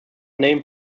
name